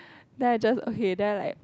then I just okay then I like